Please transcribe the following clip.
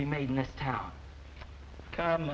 be made in this town